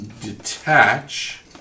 detach